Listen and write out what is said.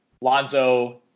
Lonzo